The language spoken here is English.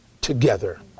together